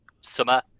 summer